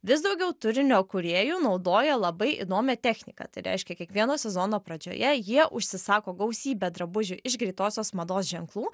vis daugiau turinio kūrėjų naudoja labai įdomią techniką tai reiškia kiekvieno sezono pradžioje jie užsisako gausybę drabužių iš greitosios mados ženklų